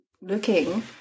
looking